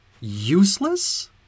useless